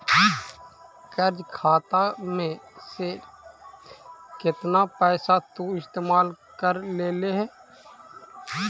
कर्ज खाता में से केतना पैसा तु इस्तेमाल कर लेले हे